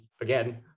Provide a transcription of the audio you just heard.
again